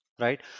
right